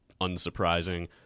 unsurprising